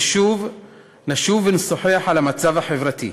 ושוב נשוב ונשוחח על המצב החברתי.